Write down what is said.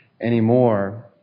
anymore